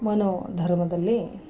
ಮನೋಧರ್ಮದಲ್ಲಿ